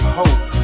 hope